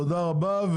תודה רבה,